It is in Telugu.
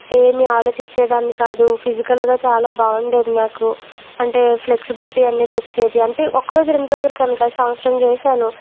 ఏమి ఆలోచించేదాన్ని కాదు ఫిజికల్గా చాలా బాగుండేది నాకు అంటే ఫ్లెక్సిబిలిటీ అనేది వచ్చేది అంటే ఒకరోజు రెండు రోజులకని కాదు సంవత్సరం చేశాను